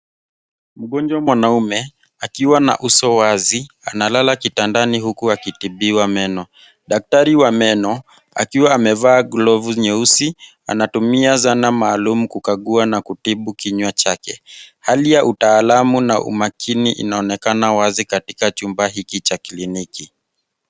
Mgonjwa mwanaume akiwa na uso wazi analala kitandani huku akitibiwa meno daktari wa meno akiwa amevaa glovu nyeusi. Anatumia zana maalum kukagua na kutibu kinywa chake. Hali ya utaalamu na umakini inaonekana wazi katika chumba hiki cha kiliniki.